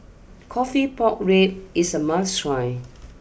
Coffee Pork Ribs is a must try